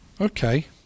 Okay